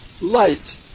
light